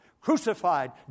crucified